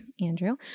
Andrew